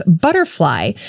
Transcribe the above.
butterfly